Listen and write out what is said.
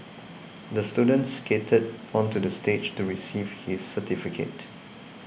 the student skated onto the stage to receive his certificate